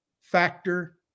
factor